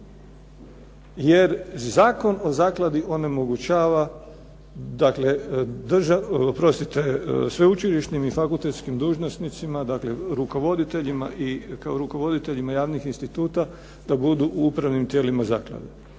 Jer Zakon o zakladi onemogućava dakle, oprostite sveučilišnim i fakultetskim dužnosnicima, dakle rukovoditeljima i kao rukovoditeljima javnih instituta da budu u upravnim tijelima zaklade.